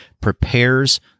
prepares